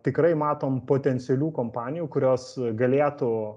tikrai matom potencialių kompanijų kurios galėtų